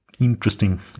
Interesting